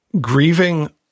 grieving